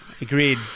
Agreed